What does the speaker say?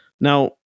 now